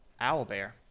owlbear